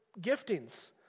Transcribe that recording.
giftings